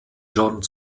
john